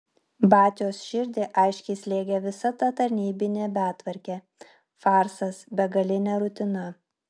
batios širdį aiškiai slėgė visa ta tarnybinė betvarkė farsas begalinė rutina